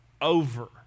over